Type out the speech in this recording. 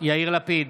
יאיר לפיד,